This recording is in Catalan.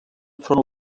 front